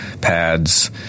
pads